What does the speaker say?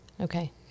Okay